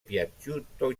piaciuto